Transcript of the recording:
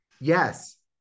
yes